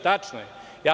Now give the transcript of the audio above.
Tačno je.